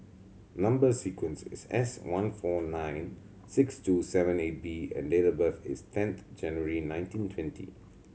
number sequence is S one four nine six two seven eight B and date of birth is tenth January nineteen twenty